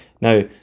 Now